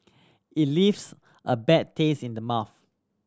it leaves a bad taste in the mouth